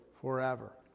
forever